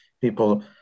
people